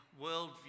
worldview